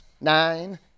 nine